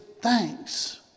thanks